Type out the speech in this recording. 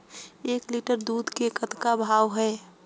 एक लिटर दूध के कतका भाव हे?